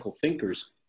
thinkers